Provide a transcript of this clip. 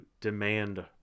demand